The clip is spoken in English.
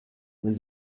when